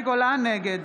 נגד